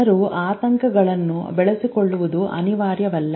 ಜನರು ಆತಂಕಗಳನ್ನು ಬೆಳೆಸಿಕೊಳ್ಳುವುದು ಅನಿವಾರ್ಯವಲ್ಲ